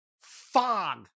fog